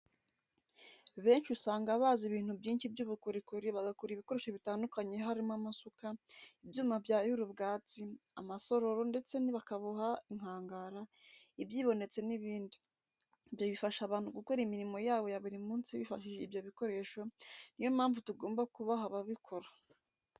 Benshi usanga bazi ibintu byinshi by'ubukorikori bagakora ibikoresho bitandukanye harimo amasuka, ibyuma byahira ubwatsi, amarasoro ndetse bakaboha inkangara, ibyibo ndetse n'ibindi, ibyo bifasha abantu gukora imirimo yabo ya buri munsi bifashishije ibyo bikoresho, ni yo mpamvu tugomba kubaha ababikora.